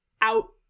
out